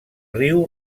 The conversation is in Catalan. riu